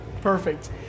Perfect